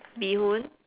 bee hoon